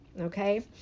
Okay